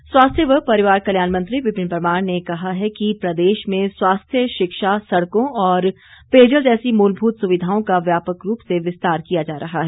परमार स्वास्थ्य व परिवार कल्याण मंत्री विपिन परमार ने कहा है कि प्रदेश में स्वास्थ्य शिक्षा सड़कों और पेयजल जैसी मूलभूत सुविधाओं का व्यापक रूप से विस्तार किया जा रहा है